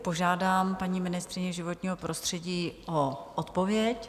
Požádám paní ministryni životního prostředí o odpověď.